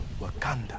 Wakanda